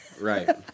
Right